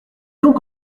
donc